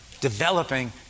developing